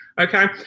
Okay